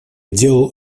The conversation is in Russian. делал